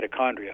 mitochondria